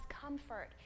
comfort